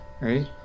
right